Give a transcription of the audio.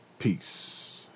Peace